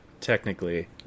technically